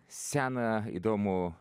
seną įdomų